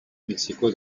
mexico